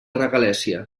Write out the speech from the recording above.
regalèssia